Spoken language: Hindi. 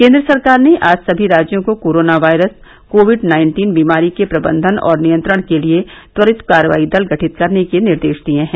केन्द्र सरकार ने आज सभी राज्यों को कोरोना वायरस कोविड नाइन्टीन बीमारी के प्रबंधन और नियंत्रण के लिए त्वरित कार्रवाई दल गठित करने के निर्देश दिये हैं